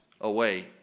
away